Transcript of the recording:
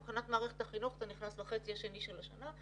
מבחינת מערכת החינוך זה נכנס לחצי השני של השנה,